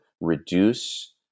reduce